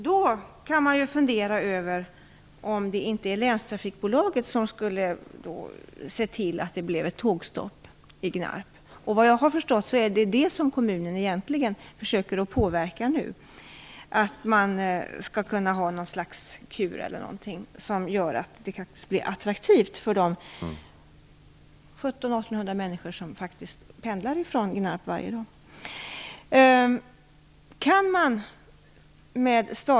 Då kan man fundera över om det inte är länstrafikbolagets uppgift att se till att det blir ett tågstopp i Gnarp. Efter vad jag har förstått försöker kommunen nu ordna med något slags kur som kan göra detta till ett attraktivt alternativ för de 1700-1800 människor som faktiskt pendlar från Gnarp varje dag.